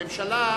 הממשלה,